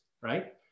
right